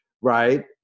right